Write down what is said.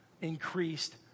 increased